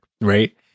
right